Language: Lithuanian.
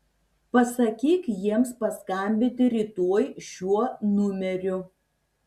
pasakyk jiems paskambinti rytoj šiuo numeriu